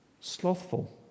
slothful